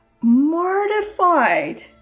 mortified